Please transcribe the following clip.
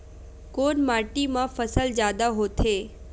कोन माटी मा फसल जादा होथे?